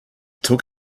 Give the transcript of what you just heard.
took